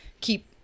keep